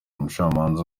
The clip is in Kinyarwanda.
umucamanza